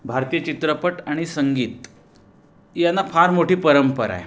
भारतीय चित्रपट आणि संगीत यांना फार मोठी परंपरा आहे